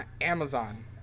Amazon